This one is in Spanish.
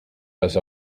has